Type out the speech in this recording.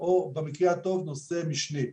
או במקרה הטוב הוא נושא משני.